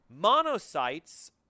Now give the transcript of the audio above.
Monocytes